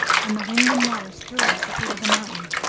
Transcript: and the wind and waters threw it at the feet of the mountain.